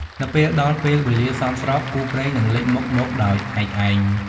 នៅពេលដល់ពេលវេលាសមស្រប គូព្រេងនឹងលេចមុខមកដោយឯកឯង។